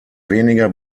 weniger